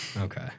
Okay